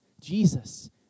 Jesus